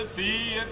the